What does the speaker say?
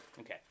Okay